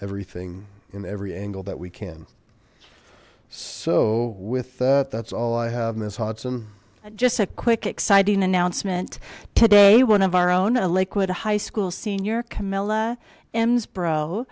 everything in every angle that we can so with that that's all i have miss hudson just a quick exciting announcement today one of our own a liquid high school senior camilla m's bro